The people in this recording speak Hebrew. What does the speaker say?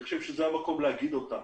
ואני חושב שזה המקום להגיד אותה.